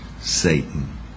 Satan